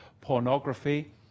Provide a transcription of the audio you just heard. pornography